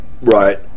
Right